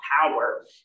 power